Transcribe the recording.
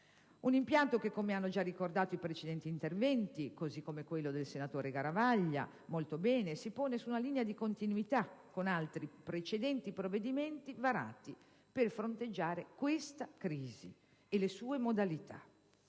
Un impianto che, come hanno già ricordato molto bene i precedenti interventi, come quello del senatore Garavaglia, si pone su una linea di continuità con altri precedenti provvedimenti varati per fronteggiare questa crisi e le sue modalità.